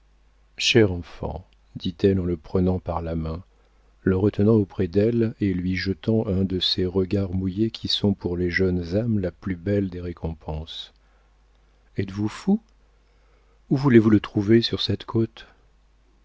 enfant dit-elle en le prenant par la main le retenant auprès d'elle et lui jetant un de ces regards mouillés qui sont pour les jeunes âmes la plus belle des récompenses êtes-vous fou où voulez-vous le trouver sur cette côte